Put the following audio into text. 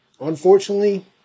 unfortunately